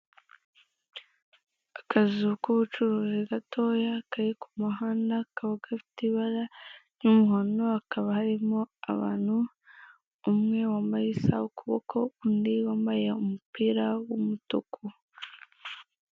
Akazu ka ubucuruzi gatoya kari kumuhanda, kakaba gafite ibara rya umuhondo, hakaba harimo abantu umwe wambaye isaha ku kuboko, undi wambaye umupira wa umutuku.